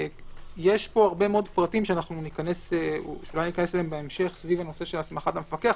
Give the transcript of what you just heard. יש פה הרבה מאד פרטים שאולי נכנס אליהם בהמשך סביב נושא הסמכת המפקח,